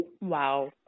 Wow